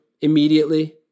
immediately